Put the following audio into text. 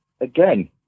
again